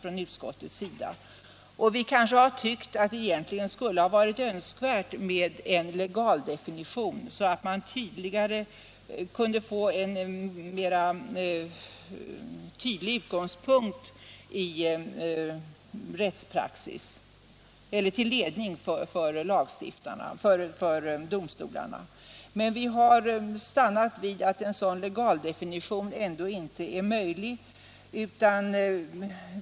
Vi hade kanske tyckt att det egentligen skulle ha varit önskvärt med en legaldefinition, så att man kunde få en tydligare utgångspunkt för tillämpningen vid domstolarna. Men vi har stannat vid att en sådan legaldefinition inte är möjlig att ge.